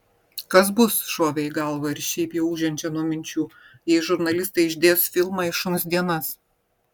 kas bus šovė į galvą ir šiaip jau ūžiančią nuo minčių jei žurnalistai išdės filmą į šuns dienas